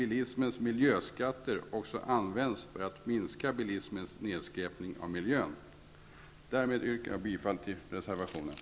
Bilismens miljöskatter skulle användas för att minska bilismens nedskräpning av miljön. Därmed yrkar jag bifall till reservation 3.